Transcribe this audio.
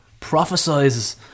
prophesizes